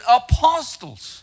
apostles